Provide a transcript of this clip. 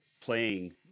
playing